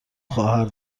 خواهر